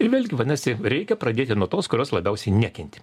ir vėlgi vadinasi reikia pradėti nuo tos kurios labiausiai nekenti